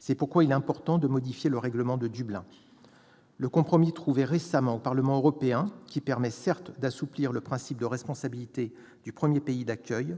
C'est pourquoi il est important de modifier le règlement de Dublin. Le compromis trouvé récemment au Parlement européen, qui permet certes d'assouplir le principe de responsabilité du premier pays d'accueil,